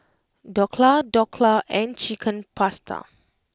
Dhokla Dhokla and Chicken Pasta